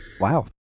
wow